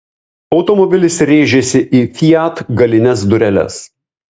automobilis rėžėsi į fiat galines dureles